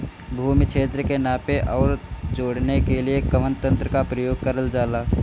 भूमि क्षेत्र के नापे आउर जोड़ने के लिए कवन तंत्र का प्रयोग करल जा ला?